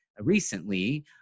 recently